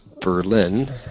Berlin